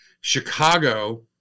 Chicago